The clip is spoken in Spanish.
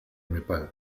nepal